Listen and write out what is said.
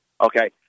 Okay